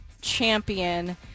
champion